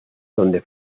donde